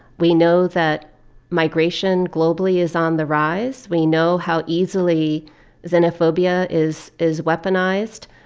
we know that migration, globally, is on the rise. we know how easily xenophobia is is weaponized.